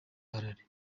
harare